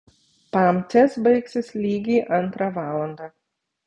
pamcės baigsis lygiai antrą valandą